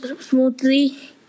smoothly